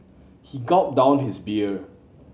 he gulp down his beer